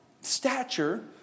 stature